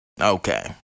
Okay